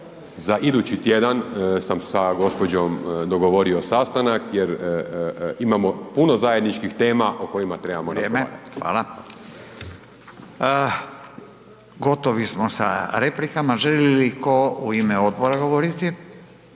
za idući tjedan sam sa gospođom dogovorio sastanak jer imamo puno zajedničkih tema o kojima trebamo razgovarati. **Radin, Furio (Nezavisni)** Vrijeme, hvala. Gotovi smo sa replikama. Želi li ko u ime odbora govoriti?